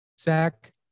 Zach